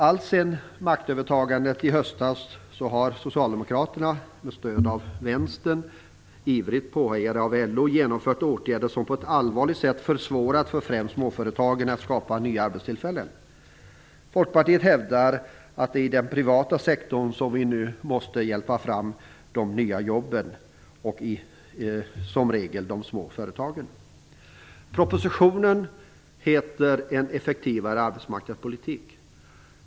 Alltsedan maktövertagandet i höstas har Socialdemokraterna med stöd av Vänstern, ivrigt påhejade av LO, genomfört åtgärder som på ett allvarligt sätt försvårat för främst småföretagen att skapa nya arbetstillfällen. Folkpartiet hävdar att det är i den privata sektorn som vi nu måste hjälpa fram de nya jobben och som regel i de små företagen. Propositionen heter En effektivare arbetsmarknadspolitik.